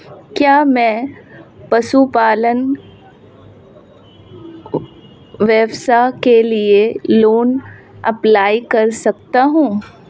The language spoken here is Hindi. क्या मैं पशुपालन व्यवसाय के लिए लोंन अप्लाई कर सकता हूं?